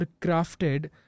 crafted